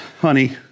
honey